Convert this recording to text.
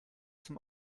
zum